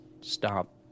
stop